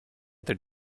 their